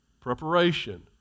Preparation